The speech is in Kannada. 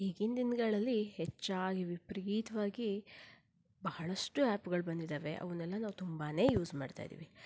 ಈಗಿನ ದಿನಗಳಲ್ಲಿ ಹೆಚ್ಚಾಗಿ ವಿಪರೀತವಾಗಿ ಬಹಳಷ್ಟು ಆ್ಯಪ್ಗಳು ಬಂದಿವೆ ಅವನ್ನೆಲ್ಲ ನಾವು ತುಂಬ ಯೂಸ್ ಮಾಡ್ತಾ ಇದ್ದೀವಿ